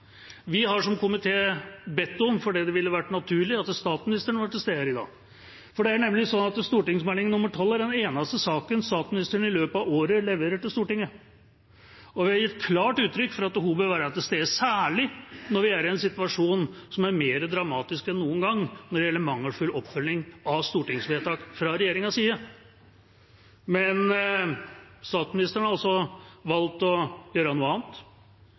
Vi har som komité bedt om, fordi det ville vært naturlig, at statsministeren skulle være til stede her i dag. Det er nemlig slik at Meld. St. 12 er den eneste saken statsministeren i løpet av året leverer til Stortinget, og vi har gitt klart uttrykk for at hun bør være til stede, særlig når vi er i en situasjon som er mer dramatisk enn noen gang når det gjelder mangelfull oppfølging av stortingsvedtak fra regjeringas side. Men statsministeren har altså valgt å gjøre noe annet,